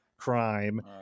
crime